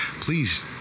please